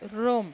روم